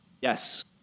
yes